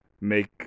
make